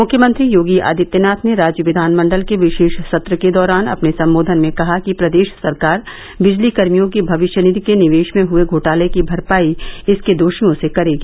मुख्यमंत्री योगी आदित्यनाथ ने राज्य विधानमण्डल के विशेष सत्र के दौरान अपने संबोधन में कहा कि प्रदेश सरकार दिजलीकर्मियों की भविष्य निधि के निवेश में हुए घोटाले की भरपाई इसके दोषियों से करेगी